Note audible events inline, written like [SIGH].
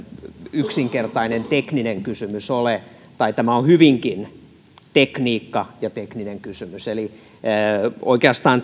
yksinkertainen tekninen kysymys ole tai tämä on hyvinkin tekniikka ja tekninen kysymys eli oikeastaan [UNINTELLIGIBLE]